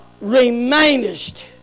remainest